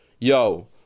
yo